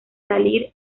salir